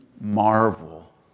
marvel